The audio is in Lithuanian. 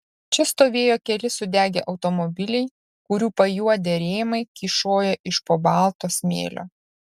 čia stovėjo keli sudegę automobiliai kurių pajuodę rėmai kyšojo iš po balto smėlio